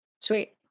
Sweet